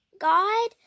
God